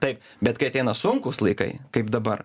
taip bet kai ateina sunkūs laikai kaip dabar